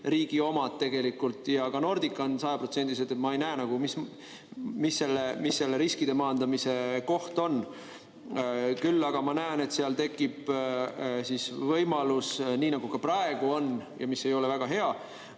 riigi omad tegelikult ja ka Nordica on sajaprotsendiliselt. Ma ei näe nagu, mis see riskide maandamise koht on. Küll aga ma näen, et seal tekib võimalus, nii nagu ka praegu on ja mis ei ole väga hea,